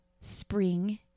spring